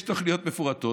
יש תוכניות מפורטות,